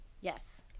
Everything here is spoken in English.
Yes